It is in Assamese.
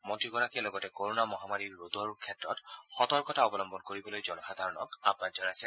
মন্ত্ৰীগৰাকীয়ে লগতে কৰোণা মহামাৰীৰ ৰোধৰ ক্ষেত্ৰত সতৰ্কতা অৱলম্বন কৰিবলৈ জনসাধাৰণক আয়ুন জনাইছে